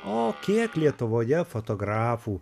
o kiek lietuvoje fotografų